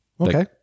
okay